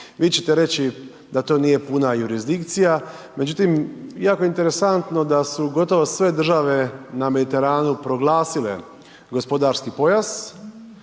Vi ćete reći da to nije puna jurisdikcija. Međutim, jako je interesantno da su gotovo sve države na Mediteranu proglasile gospodarski pojas,